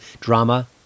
drama